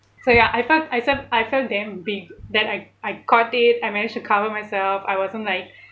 so ya I felt I felt I felt damn big then I I caught it I managed to cover myself I wasn't like